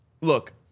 look